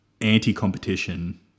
anti-competition